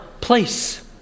place